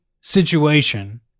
situation